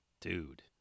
Dude